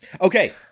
Okay